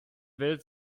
welt